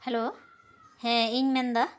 hello ᱦᱮᱸ ᱤᱧ ᱢᱮᱱᱫᱟ